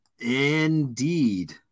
Indeed